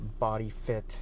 bodyfit